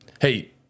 hey